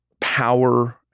power